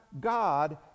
God